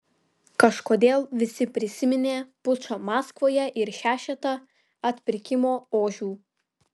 kažkodėl visi prisiminė pučą maskvoje ir šešetą atpirkimo ožių